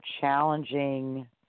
challenging